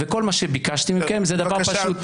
כל מה שביקשתי מכם זה דבר פשוט,